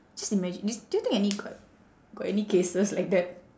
just imagine this do you think any got got any cases like that